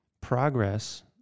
progress